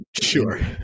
Sure